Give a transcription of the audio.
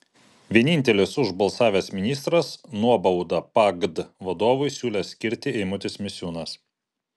vienintelis už balsavęs ministras nuobaudą pagd vadovui siūlęs skirti eimutis misiūnas